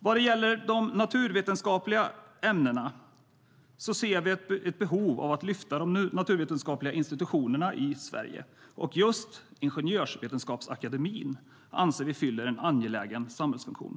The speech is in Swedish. Vad gäller de naturvetenskapliga ämnena ser vi ett behov av att lyfta fram de naturvetenskapliga institutionerna i Sverige, och just Ingenjörsvetenskapsakademien anser vi fyller en angelägen samhällsfunktion.